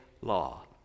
law